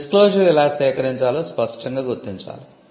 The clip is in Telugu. డిస్క్లోశర్ ఎలా సేకరించాలో స్పష్టంగా గుర్తించాలి